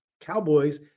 Cowboys